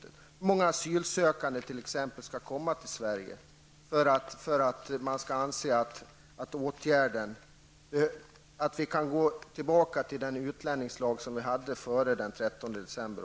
Hur många asylsökande kan t.ex. komma till Sverige för att regeringen skall anse att vi kan återgå till den utlänningslag som gällde före den 13 december